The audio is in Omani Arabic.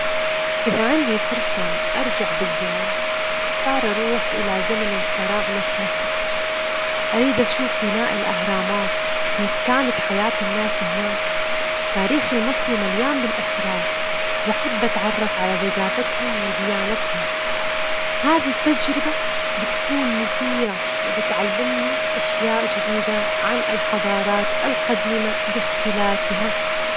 إذا عندي فرصة أرجع بالزمن، أختار أروح إلى زمن الفراعنة في مصر، أريد أشوف بناء الأهرامات وكيف كانت حياة الناس هناك، تاريخ المصري مليان بالأسرار، وأحب أتعرف على ثجافتهم وديانتهم، هذي التجربة بتكون مثيرة وبتعلمني أشياء جديدة عن الحضارات القديمة باختلافها.